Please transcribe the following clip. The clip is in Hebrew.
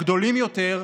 גדולים יותר,